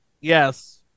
Yes